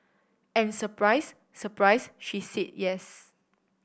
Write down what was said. and surprise surprise she said yes